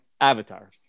Avatar